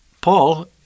Paul